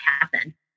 happen